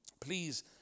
Please